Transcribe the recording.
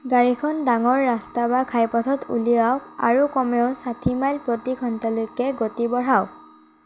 গাড়ীখন ডাঙৰ ৰাস্তা বা ঘাইপথত উলিয়াওক আৰু কমেও ছাঠি মাইল প্ৰতি ঘণ্টালৈকে গতি বঢ়াওক